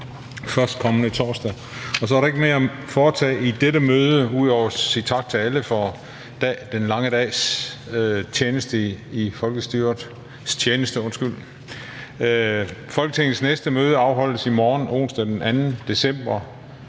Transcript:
fg. formand (Christian Juhl): Så er der ikke mere at foretage i dette møde ud over at sige tak til alle for den lange dag i folkestyrets tjeneste. Folketingets næste møde afholdes i morgen, onsdag den 2. december